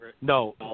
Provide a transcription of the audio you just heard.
No